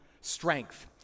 Strength